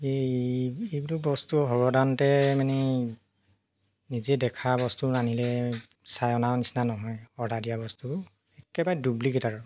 এই এইবোৰ বস্তু সৰ্বসাধাৰণতে মানে নিজে দেখা বস্তু নানিলে চাই অনা নিচিনা নহয় অৰ্ডাৰ দিয়া বস্তুবোৰ একেবাৰে ডুপ্লিকেট আৰু